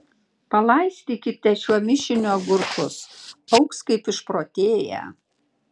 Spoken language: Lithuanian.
palaistykite šiuo mišiniu agurkus augs kaip išprotėję